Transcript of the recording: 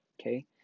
Okay